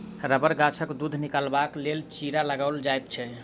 रबड़ गाछसँ दूध निकालबाक लेल चीरा लगाओल जाइत छै